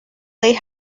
they